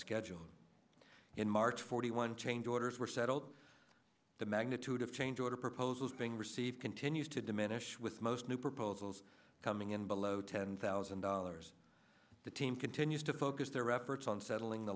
scheduled in march forty one change orders were settled the magnitude of change or the proposals being received continues to diminish with most new proposals coming in below ten thousand dollars the team continues to focus their efforts on settling the